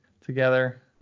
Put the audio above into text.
together